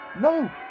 No